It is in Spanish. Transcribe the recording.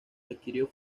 adquirió